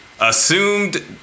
assumed